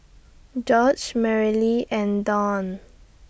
George Marilee and Don